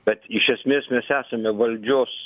bet iš esmės mes esame valdžios